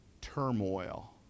turmoil